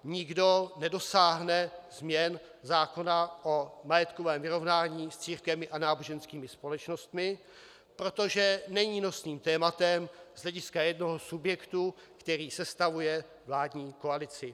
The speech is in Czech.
Nikdo nedosáhne změn zákona o majetkovém vyrovnání s církvemi a náboženskými společnostmi, protože není nosným tématem z hlediska jednoho subjektu, který sestavuje vládní koalici.